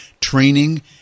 training